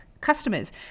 customers